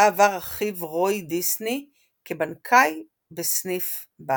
בה עבד אחיו רוי דיסני כבנקאי בסניף בנק.